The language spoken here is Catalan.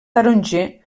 taronger